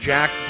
Jack